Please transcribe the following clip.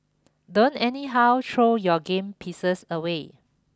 don't anyhow throw your game pieces away